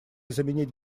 заменить